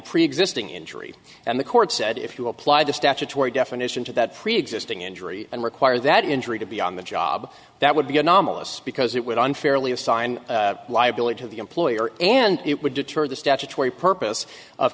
preexisting injury and the court said if you apply the statutory definition to that preexisting injury and require that injury to be on the job that would be anomalous because it would unfairly assign liability to the employer and it would deter the statutory purpose of